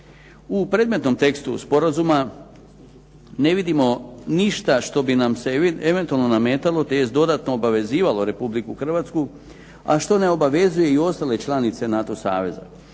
U predmetnom tekstu sporazuma ne vidimo ništa što bi nam se eventualno nametalo, te dodatno obavezivalo Republiku Hrvatsku, a što ne obavezuje i ostale članice NATO saveza.